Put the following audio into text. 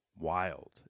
Wild